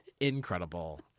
incredible